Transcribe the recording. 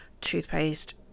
toothpaste